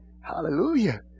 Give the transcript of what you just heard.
Hallelujah